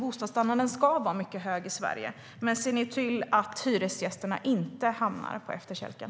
Bostadsstandarden ska vara mycket hög i Sverige, men se nu till att hyresgästerna inte hamnar på efterkälken!